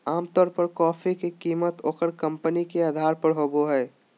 आमतौर पर कॉफी के कीमत ओकर कंपनी के अधार पर होबय हइ